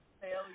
failure